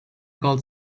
gold